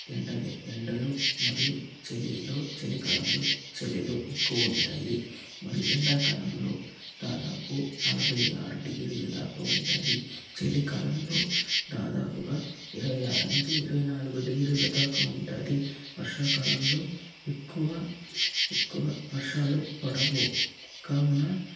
ఎండలే ఎండలు మరియు చలిలో చలికాలంలో చలి ఎక్కువ ఉంటాయి మరియు ఎండాకాలంలో దాదాపు నలభై ఆరు డిగ్రీల దాకా ఉంటుంది చలికాలంలో దాదాపుగా ఇరవై ఆరు నుంచి ఇరవైనాలుగు డిగ్రీల దాకా ఉంటుంది వర్షాకాలంలో ఎక్కువ ఎక్కువ వర్షాలు పడవు కావున